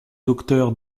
docteur